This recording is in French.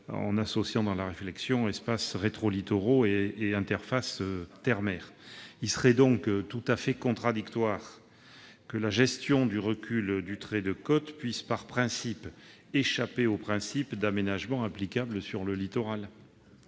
qui associe espaces rétrolittoraux et interface terre-mer. Il serait donc tout à fait contradictoire que la gestion du recul du trait de côte puisse systématiquement échapper au principe d'aménagement applicable sur le littoral